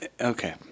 okay